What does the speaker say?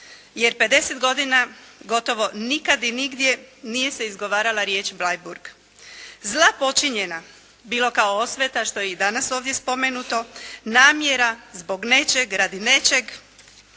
Jer 50 godina gotovo nikad i nigdje nije se izgovarala riječ Bleiburg. Zla počinjena, bilo kao osveta, što je i danas ovdje spomenuto, namjera zbog nečeg, radi nečeg,